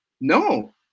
No